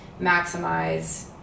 maximize